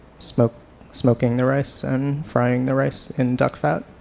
smoking smoking the rice and frying the rice in duck fat